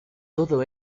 todo